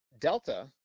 Delta